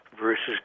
versus